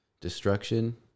destruction